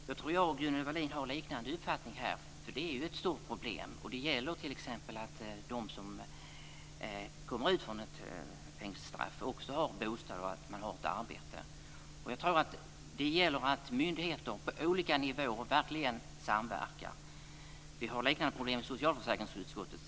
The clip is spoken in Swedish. Fru talman! Gunnel Wallin och jag har en liknande uppfattning. Det är ju ett stort problem. Det gäller att de som friges från ett fängelsestraff har bostad och arbete. Myndigheter på olika nivåer måste verkligen samverka här. Det finns liknande problem på socialförsäkringsområdet.